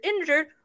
injured